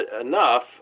enough